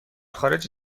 خارج